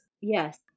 Yes